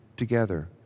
together